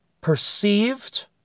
perceived